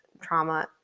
trauma